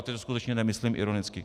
A teď to skutečně nemyslím ironicky.